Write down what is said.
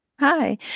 Hi